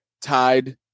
tied